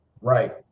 Right